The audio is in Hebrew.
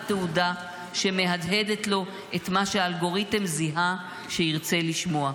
תהודה שמהדהדת לו את מה שהאלגוריתם זיהה שירצה לשמוע.